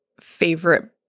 favorite